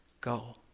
go